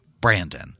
Brandon